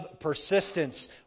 persistence